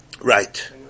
Right